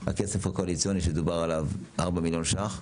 והכסף הקואליציוני שדובר עליו, 4 מיליון ש"ח.